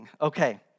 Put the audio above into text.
Okay